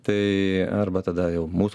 tai arba tada jau mūsų